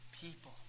people